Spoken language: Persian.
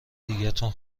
دیگتون